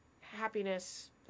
happiness